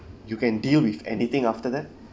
you can deal with anything after that